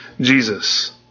Jesus